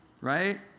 right